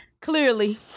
Clearly